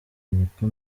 nako